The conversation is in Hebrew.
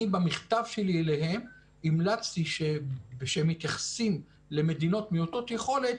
במכתב שלי אליהם המלצתי שכשהם מתייחסים למדינות מעוטות יכולת,